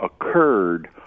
occurred